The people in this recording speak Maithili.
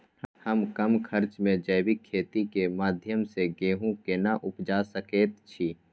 हम कम खर्च में जैविक खेती के माध्यम से गेहूं केना उपजा सकेत छी?